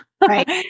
Right